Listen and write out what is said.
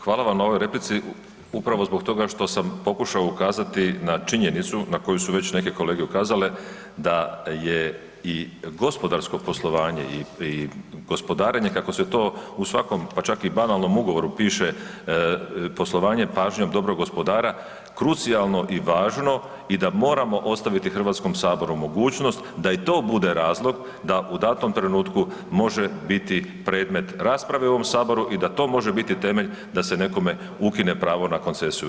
Hvala vam na ovoj replici upravo zbog toga što sam pokušao ukazati na činjenicu na koju su već neke kolege ukazale da je i gospodarsko poslovanje i gospodarenje, kako se to u svakom, pa čak i banalnom ugovoru piše, poslovanje pažnjom dobrog gospodara, krucijalno i važno i da moramo ostaviti HS-u mogućnost da i to bude razlog da u datom trenutku može biti predmet rasprave u ovom Saboru i da može biti temelj da se nekome ukine pravo na koncesiju.